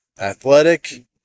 athletic